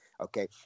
Okay